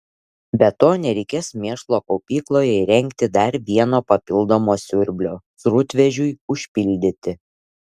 be to nereikės mėšlo kaupykloje įrengti dar vieno papildomo siurblio srutvežiui užpildyti